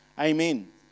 Amen